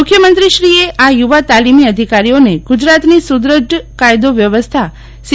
મુખ્યમંત્રીશ્રીએ આ યુવા તાલીમી અધિકારીઓને ગુજરાતની સુદ્રઢ કાયદો વ્યવસ્થા સી